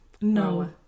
No